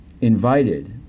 invited